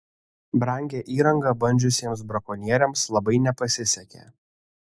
brangią įrangą bandžiusiems brakonieriams labai nepasisekė